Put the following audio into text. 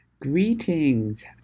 Greetings